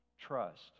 trust